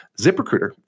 ZipRecruiter